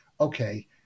Okay